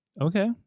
Okay